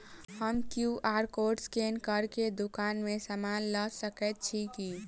हम QR code scan कऽ केँ दुकान मे समान लऽ सकैत छी की?